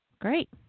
great